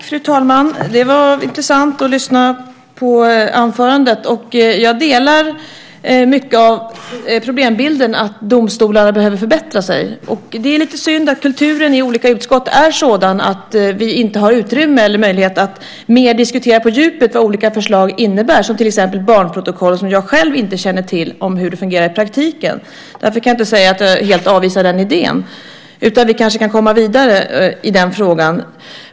Fru talman! Det var intressant att lyssna på anförandet. Jag delar mycket av problembilden och att domstolarna behöver förbättra sig. Det är lite synd att kulturen i olika utskott är sådan att vi inte har möjlighet att diskutera mer på djupet vad olika förslag innebär, till exempel barnprotokoll som jag själv inte känner till hur de fungerar i praktiken. Därför kan jag inte säga att jag helt avvisar den idén, utan vi kanske kan komma vidare i den frågan.